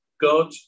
God